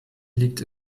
liegt